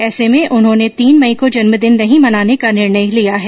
ऐसे में उन्होंने तीन मई को जन्मदिन नहीं मनाने का निर्णय लिया है